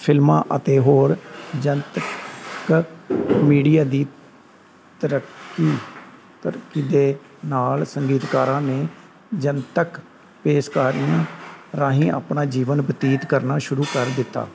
ਫਿਲਮਾਂ ਅਤੇ ਹੋਰ ਜਨਤਕ ਮੀਡੀਆ ਦੀ ਤਰੱ ਤਰੱਕੀ ਦੇ ਨਾਲ ਸੰਗੀਤਕਾਰਾਂ ਨੇ ਜਨਤਕ ਪੇਸ਼ਕਾਰੀਆਂ ਰਾਹੀਂ ਆਪਣਾ ਜੀਵਨ ਬਤੀਤ ਕਰਨਾ ਸ਼ੁਰੂ ਕਰ ਦਿੱਤਾ